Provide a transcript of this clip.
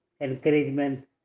encouragement